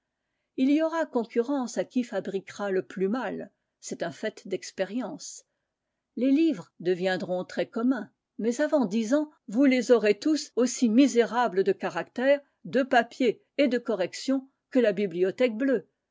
il y aura concurrence à qui fabriquera le plus mal c'est un fait d'expérience les livres deviendront très communs mais avant dix ans vous les aurez tous aussi misérables de caractères de papier et de correction que la bibliothèque bleue